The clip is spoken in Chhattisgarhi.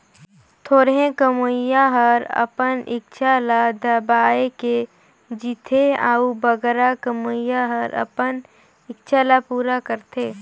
थोरहें कमोइया हर अपन इक्छा ल दबाए के जीथे अउ बगरा कमोइया हर अपन इक्छा ल पूरा करथे